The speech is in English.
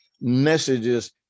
messages